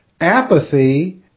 apathy